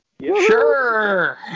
Sure